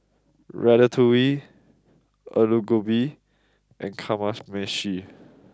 Ratatouille Alu Gobi and Kamameshi